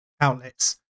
outlets